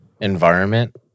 environment